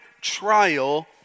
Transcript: trial